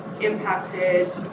impacted